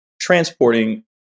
transporting